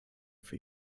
für